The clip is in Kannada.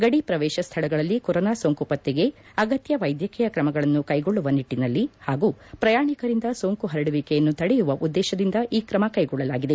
ಗಡಿ ಪ್ರವೇಶ ಸ್ಥಳಗಳಲ್ಲಿ ಕೊರೊನಾ ಸೋಂಕು ಪತ್ತೆಗೆ ಅಗತ್ಯ ವೈದ್ಯಕೀಯ ಕ್ರಮಗಳನ್ನು ಕೈಗೊಳ್ಳುವ ನಿಟ್ಟಿನಲ್ಲಿ ಹಾಗೂ ಪ್ರಯಾಣಿಕರಿಂದ ಸೋಂಕು ಹರಡುವಿಕೆಯನ್ನು ತಡೆಯುವ ಉದ್ದೇಶದಿಂದ ಈ ಕ್ರಮ ಕೈಗೊಳ್ಳಲಾಗಿದೆ